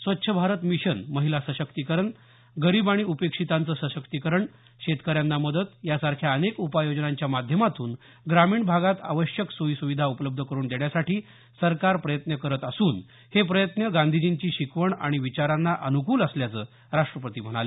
स्वच्छ भारत मिशन महिला सशक्तीकरण गरीब आणि उपेक्षितांचं सशक्तीकरण शेतकऱ्यांना मदत यासारख्या अनेक उपाययोजनांच्या माध्यमातून ग्रामीण भागात आवश्यक सोयी सुविधा उपलब्ध करुन देण्यासाठी सरकार प्रयत्न करत असून हे प्रयत्न गांधीजींची शिकवण आणि विचारांना अनुकूल असल्याचं राष्ट्रपती म्हणाले